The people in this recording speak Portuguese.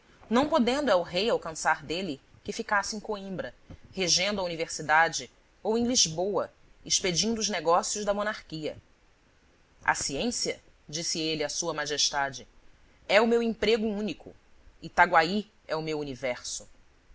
não podendo el-rei alcançar dele que ficasse em coimbra regendo a universidade ou em lisboa expedindo os negócios da monarquia a ciência disse ele a sua majestade é o meu emprego único itaguaí é o meu universo